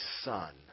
son